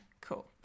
Cool